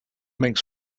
make